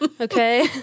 Okay